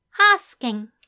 asking